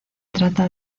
trata